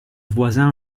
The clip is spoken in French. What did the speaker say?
voisin